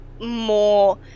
more